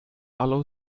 allow